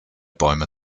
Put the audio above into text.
bäume